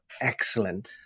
excellent